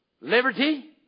liberty